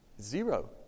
Zero